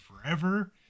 Forever